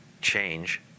change